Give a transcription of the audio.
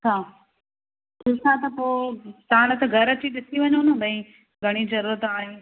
अच्छा ठीकु आहे त पोइ तव्हां न त घरु अची ॾिसी वञो न भई घणी ज़रूरत आहे